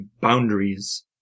boundaries